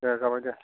दे जाबाय दे